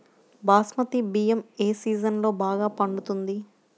బాస్మతి బియ్యం ఏ సీజన్లో బాగా పండుతుంది?